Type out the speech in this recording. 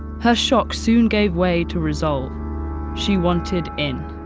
her shock soon gave way to resolve she wanted in.